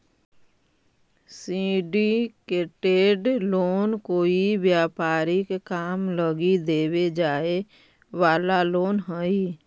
syndicated loan कोई व्यापारिक काम लगी देवे जाए वाला लोन हई